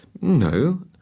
No